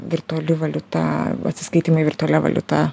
virtuali valiuta atsiskaitymai virtualia valiuta